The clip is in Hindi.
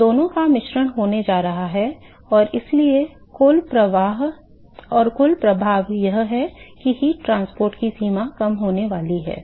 तो दोनों का मिश्रण होने जा रहा है और इसलिए कुल प्रभाव यह है कि ऊष्मा परिवहन की सीमा कम होने वाली है